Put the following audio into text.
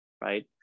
right